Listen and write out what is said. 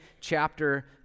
chapter